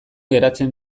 geratzen